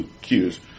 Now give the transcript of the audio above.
cues